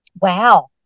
Wow